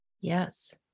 Yes